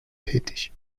tätig